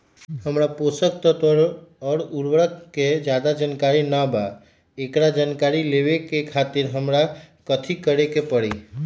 हमरा पोषक तत्व और उर्वरक के ज्यादा जानकारी ना बा एकरा जानकारी लेवे के खातिर हमरा कथी करे के पड़ी?